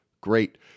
great